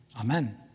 amen